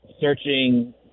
searching